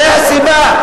זה הסיבה.